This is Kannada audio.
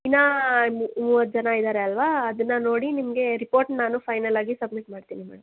ಇನ್ನೂ ಮೂವತ್ತು ಜನ ಇದಾರೆ ಅಲ್ವಾ ಅದನ್ನು ನೋಡಿ ನಿಮಗೆ ರಿಪೋರ್ಟ್ ನಾನು ಫೈನಲ್ ಆಗಿ ಸಬ್ಮಿಟ್ ಮಾಡ್ತೀನಿ ಮೇಡಮ್